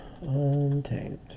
Untamed